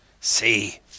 See